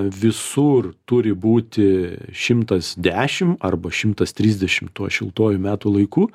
visur turi būti šimtas dešim arba šimtas trisdešim tuo šiltuoju metų laiku